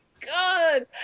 God